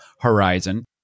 horizon